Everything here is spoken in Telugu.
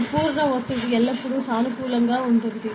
సంపూర్ణ ప్రెషర్ ఎల్లప్పుడూ పాజిటివ్ గా ఉంటుంది